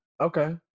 okay